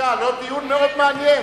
דיון מאוד מעניין.